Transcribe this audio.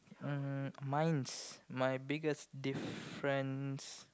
mmhmm mine's my biggest difference